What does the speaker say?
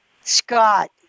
Scott